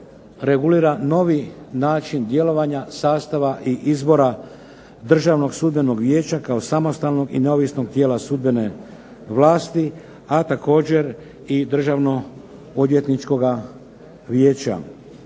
regulira novi način djelovanja sastava i izbora Državnog sudbenog vijeća kao samostalnog i neovisnog tijela sudbene vlasti, a također i Državno odvjetničkoga vijeća.